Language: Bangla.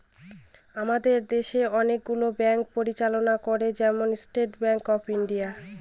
আমাদের দেশে অনেকগুলো ব্যাঙ্ক পরিচালনা করে, যেমন স্টেট ব্যাঙ্ক অফ ইন্ডিয়া